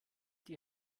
die